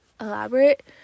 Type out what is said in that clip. elaborate